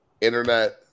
internet